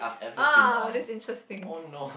!oh! this interesting